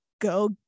go